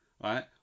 right